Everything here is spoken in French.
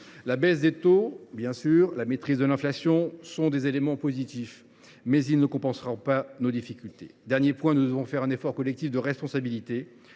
La baisse des taux et la maîtrise de l’inflation sont évidemment des éléments positifs, mais ils ne compenseront pas nos difficultés. Quatrièmement, et enfin, nous devons faire un effort collectif de responsabilité.